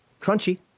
crunchy